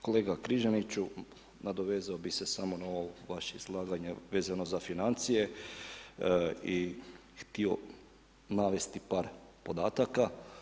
Kolega Križaniću, nadovezao bih se samo na ovo vaše izlaganje vezano za financije i htio navesti par podataka.